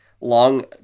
long